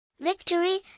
Victory